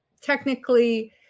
technically